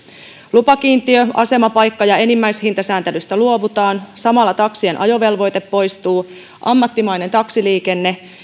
lupakiintiö asemapaikka ja enimmäishintasääntelystä luovutaan samalla taksien ajovelvoite poistuu ammattimainen taksiliikenne